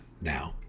now